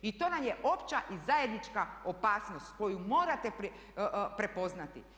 I to nam je opća i zajednička opasnost koju morate prepoznati.